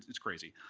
it's crazy.